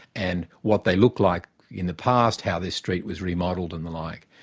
and what they look like in the past, how this street was remodelled and the like.